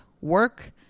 work